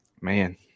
man